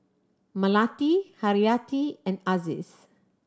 Melati Haryati and Aziz